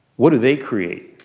what do they create?